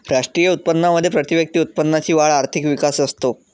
राष्ट्रीय उत्पन्नामध्ये प्रतिव्यक्ती उत्पन्नाची वाढ आर्थिक विकास असतो